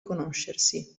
conoscersi